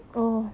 oh